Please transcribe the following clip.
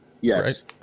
Yes